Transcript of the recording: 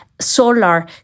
Solar